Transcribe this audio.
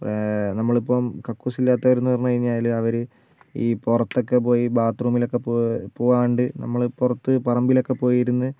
പ്രാ നമ്മൾ ഇപ്പം കക്കൂസില്ലാത്തവർ എന്ന് പറഞ്ഞു കഴിഞ്ഞാൽ അവർ ഈ പുറത്തൊക്കെ പോയി ബാത്ത്റൂമിൽ ഒക്കെ പോയി പോകാണ്ട് നമ്മൾ പുറത്ത് പറമ്പിൽ ഒക്കെ പോയിരുന്ന്